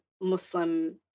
Muslim